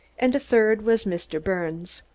and a third was mr. birnes.